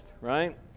right